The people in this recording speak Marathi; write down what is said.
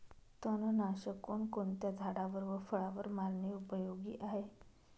तणनाशक कोणकोणत्या झाडावर व फळावर मारणे उपयोगी आहे?